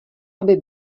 aby